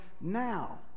now